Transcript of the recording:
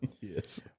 Yes